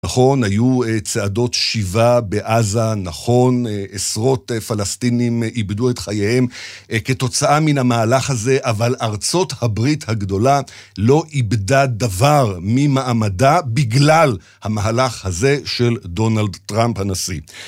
נכון, היו צעדות שיבה בעזה, נכון, עשרות פלסטינים איבדו את חייהם כתוצאה מן המהלך הזה, אבל ארצות הברית הגדולה לא איבדה דבר ממעמדה בגלל המהלך הזה של דונלד טראמפ הנשיא.